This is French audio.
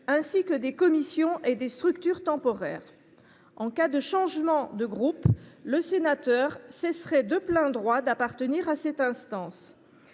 ainsi que des commissions et des structures temporaires. En cas de changement de groupe, le sénateur concerné cesserait de plein droit d’appartenir à cette instance.